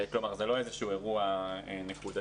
כלומר, זה לא איזשהו אירוע נקודתי.